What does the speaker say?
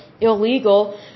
illegal